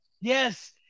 Yes